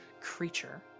creature